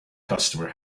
customer